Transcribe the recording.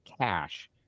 cash